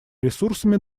ресурсами